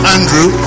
Andrew